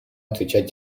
отвечать